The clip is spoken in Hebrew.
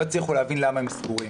הם באמת לא הצליחו להבין למה הם סגורים.